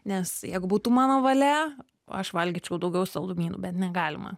nes jeigu būtų mano valia aš valgyčiau daugiau saldumynų bet negalima